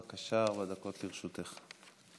בבקשה, ארבע דקות לרשותך.